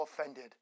offended